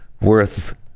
worth